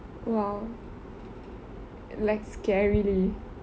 !wow! like scarily